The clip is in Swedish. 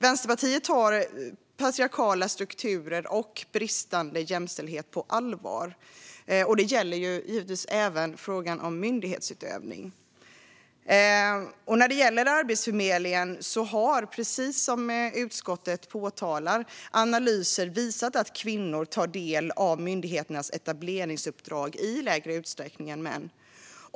Vänsterpartiet tar patriarkala strukturer och bristande jämställdhet på allvar. Det gäller givetvis även i fråga om myndighetsutövning. När det gäller Arbetsförmedlingen har, precis som utskottet påpekar, analyser visat att kvinnor tar del av myndigheternas etableringsuppdrag i lägre utsträckning än män.